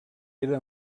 era